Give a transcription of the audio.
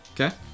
Okay